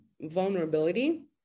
vulnerability